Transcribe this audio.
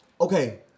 Okay